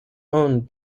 owned